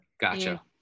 Gotcha